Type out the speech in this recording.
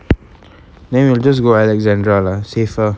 then we will just go alexandra lah safer